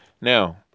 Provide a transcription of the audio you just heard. Now